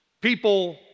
People